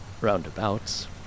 Roundabouts